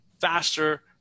faster